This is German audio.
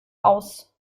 aus